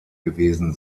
gewesen